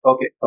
Okay